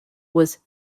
was